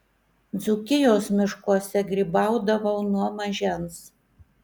dzūkijos miškuose grybaudavau nuo mažens